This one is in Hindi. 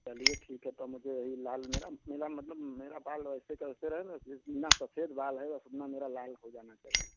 चलिए ठीक है तो मुझे यही लाल मेरा मेरा मतलब मेरा बाल वैसे का वैसे रहे मैं जितना बिना सफेद बाल है बस मेरा लाल हो जाना चाहिए